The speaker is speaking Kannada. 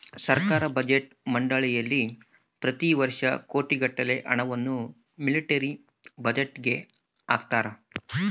ಸರ್ಕಾರ ಬಜೆಟ್ ಮಂಡಳಿಯಲ್ಲಿ ಪ್ರತಿ ವರ್ಷ ಕೋಟಿಗಟ್ಟಲೆ ಹಣವನ್ನು ಮಿಲಿಟರಿ ಬಜೆಟ್ಗೆ ಹಾಕುತ್ತಾರೆ